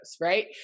right